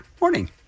Morning